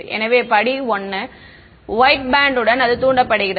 எனவே படி 1 white band உடன் அது தூண்டப்படுகிறது